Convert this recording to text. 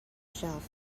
shelf